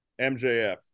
MJF